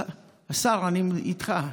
השר, אני איתך.